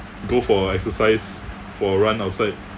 go for exercise for run outside